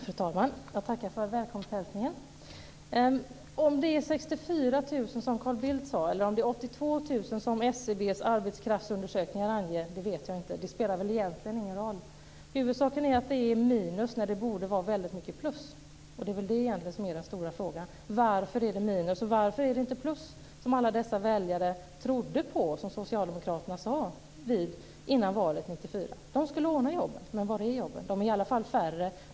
Fru talman! Jag tackar för välkomsthälsningen. Om det är 64 000, som Carl Bildt sade, eller om det är 82 000, som SCB:s arbetskraftsundersökningar anger, vet jag inte. Det spelar väl egentligen ingen roll. Huvudsaken är att det är minus när det borde vara väldigt mycket plus. Det är väl egentligen det som är den stora frågan: Varför är det minus? Varför är det inte plus, som alla dessa väljare trodde på och som socialdemokraterna sade före valet 1994? De skulle ordna jobben, men var är jobben? De är i alla fall färre.